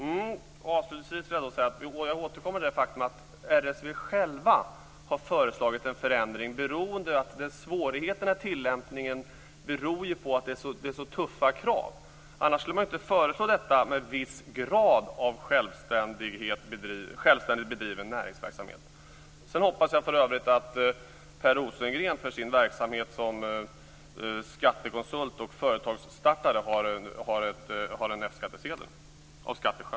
Fru talman! Avslutningsvis vill jag återkomma till det faktum att RSV självt har föreslagit en förändring, eftersom svårigheterna i tillämpningen beror på att det är så tuffa krav. Annars skulle man inte föreslå detta med "med viss grad av självständighet bedriven förvärvsverksamhet". För övrigt hoppas jag att Per Rosengren för sin verksamhet som skattekonsult och företagsstartare har en F-skattsedel - av skatteskäl.